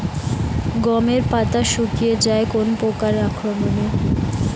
গমের পাতা শুকিয়ে যায় কোন পোকার আক্রমনে?